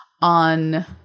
on